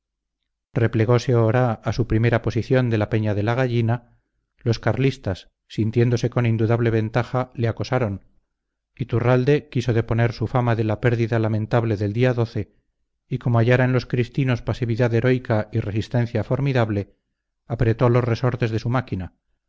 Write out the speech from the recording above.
replegose oraa a su primera posición de la peña de la gallina los carlistas sintiéndose con indudable ventaja le acosaron iturralde quiso reponer su fama de la pérdida lamentable del día y como hallara en los cristinos pasividad heroica y resistencia formidable apretó los resortes de su máquina